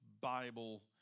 Bible